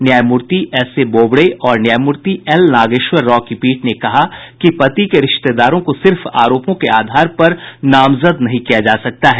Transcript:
न्यायमूर्ति एसए बोबड़े और न्यायमूर्ति एल नागेश्वर राव की पीठ ने कहा कि पति के रिश्तेदारों को सिर्फ आरोपों के आधार पर नामजद नहीं किया जा सकता है